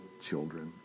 children